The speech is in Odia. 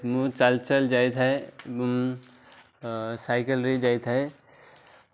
ମୁଁ ଚାଲି ଚାଲି ଯାଇଥାଏ ଏବଂ ସାଇକେଲରେ ଯାଇଥାଏ